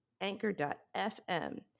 anchor.fm